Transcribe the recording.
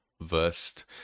versed